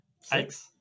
Six